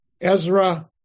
Ezra